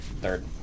Third